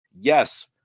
Yes